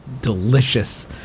delicious